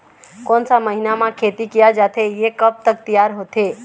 कोन सा महीना मा खेती किया जाथे ये कब तक तियार होथे?